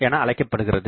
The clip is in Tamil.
என அழைக்கப்படுகிறது